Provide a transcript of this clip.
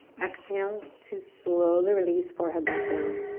exhale to slowly release forehead back down.